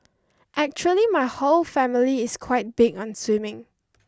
actually my whole family is quite big on swimming